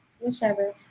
whichever